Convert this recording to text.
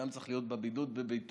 האדם צריך להיות בבידוד בביתו,